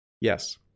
Yes